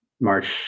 March